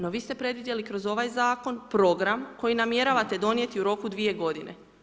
No, vi ste predvidjeli kroz ovaj Zakon program koji namjeravate donijeti u roku dvije godine.